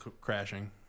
crashing